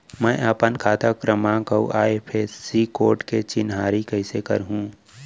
मैं अपन खाता क्रमाँक अऊ आई.एफ.एस.सी कोड के चिन्हारी कइसे करहूँ?